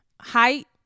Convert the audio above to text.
Height